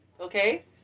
okay